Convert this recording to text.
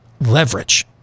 Leverage